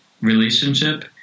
relationship